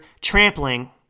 trampling